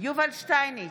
יובל שטייניץ,